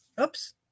Oops